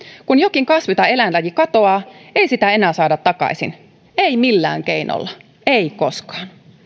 kun jokin kasvi tai eläinlaji katoaa ei sitä enää saada takaisin ei millään keinolla ei koskaan